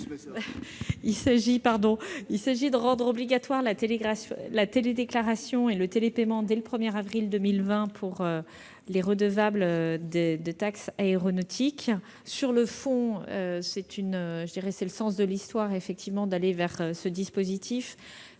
Il s'agit de rendre obligatoires la télédéclaration et le télépaiement dès le 1avril 2020 pour les redevables de taxes aéronautiques. Sur le fond, c'est le sens de l'histoire d'aller vers ce dispositif.